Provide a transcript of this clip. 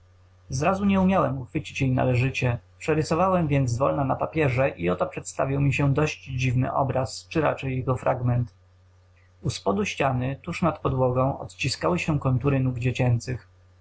nie umiałem uchwycić jej należycie przerysowałem więc zwolna na papierze i oto przedstawił mi się dość dziwny obraz czy raczej jego fragment u spodu ściany tuż nad podłogą odciskały się kontury nóg dziecięcych